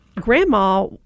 grandma